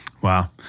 Wow